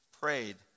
prayed